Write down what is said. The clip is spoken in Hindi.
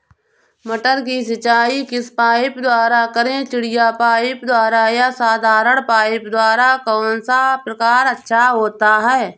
मटर की सिंचाई किस पाइप द्वारा करें चिड़िया पाइप द्वारा या साधारण पाइप द्वारा कौन सा प्रकार अच्छा होता है?